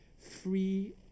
free